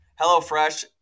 HelloFresh